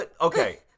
Okay